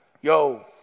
yo